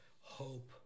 hope